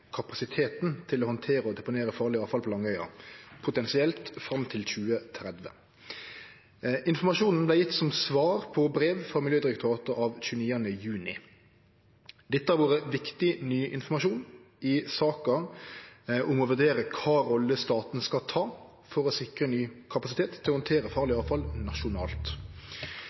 kapasiteten til å handtere og deponere farleg avfall på Langøya, potensielt fram til 2030. Informasjonen vart gjeven som svar på brev frå Miljødirektoratet av 29. juni. Dette har vore viktig, ny informasjon i saka om å vurdere kva rolle staten skal ta for å sikre ny kapasitet til å handtere farleg avfall nasjonalt.